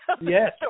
Yes